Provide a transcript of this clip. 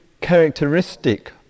characteristic